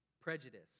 prejudice